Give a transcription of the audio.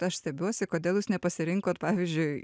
aš stebiuosi kodėl jūs nepasirinkot pavyzdžiui